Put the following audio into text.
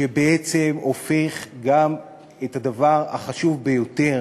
שבעצם הופך גם את הדבר החשוב ביותר